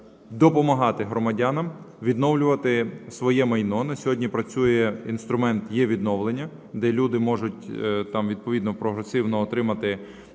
допомагати громадянам відновлювати своє майно. На сьогодні працює інструмент єВідновлення, де люди можуть там відповідно прогресивно отримати